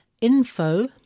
info